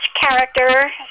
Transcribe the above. character